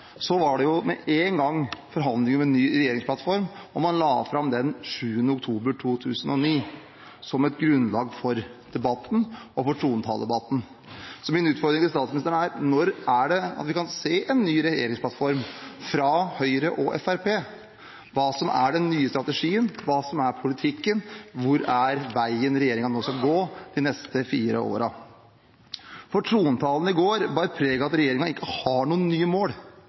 Så min utfordring til statsministeren er: Når kan vi se en ny regjeringsplattform fra Høyre og Fremskrittspartiet? Hva er den nye strategien, hva er politikken, hvor er veien regjeringen nå skal gå de neste fire årene? Trontalen i går bar preg av at regjeringen ikke har noen nye mål,